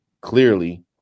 clearly